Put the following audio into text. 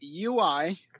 UI